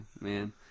man